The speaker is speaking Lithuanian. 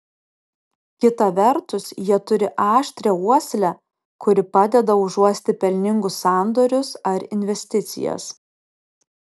kita vertus jie turi aštrią uoslę kuri padeda užuosti pelningus sandorius ar investicijas